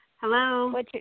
Hello